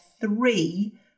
three